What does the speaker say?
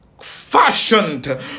fashioned